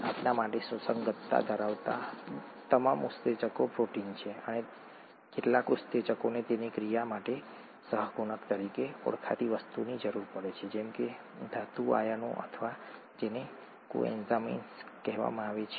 આપણા માટે સુસંગતતા ધરાવતા તમામ ઉત્સેચકો પ્રોટીન છે અને કેટલાક ઉત્સેચકોને તેની ક્રિયા માટે સહગુણક તરીકે ઓળખાતી વસ્તુની જરૂર પડે છે જેમ કે ધાતુ આયનો અથવા જેને કોએન્ઝાઇમ્સ કહેવામાં આવે છે